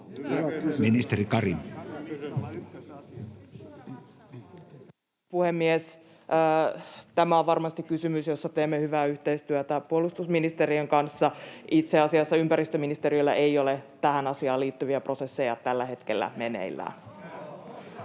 Content: Arvoisa puhemies! Tämä on varmasti kysymys, jossa teemme hyvää yhteistyötä puolustusministe-riön kanssa. Itse asiassa ympäristöministeriöllä ei ole tähän asiaan liittyviä prosesseja tällä hetkellä meneillään.